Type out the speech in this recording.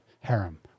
harem